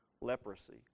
leprosy